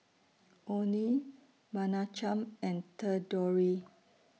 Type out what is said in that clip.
Onie Menachem and Thedore